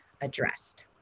addressed